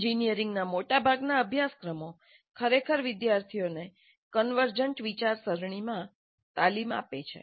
એન્જિનિયરિંગના મોટાભાગના અભ્યાસક્રમો ખરેખર વિદ્યાર્થીઓને કન્વર્જન્ટ વિચારસરણીમાં તાલીમ આપે છે